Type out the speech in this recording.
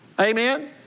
Amen